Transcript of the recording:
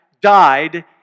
died